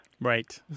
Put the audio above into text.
Right